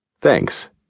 Thanks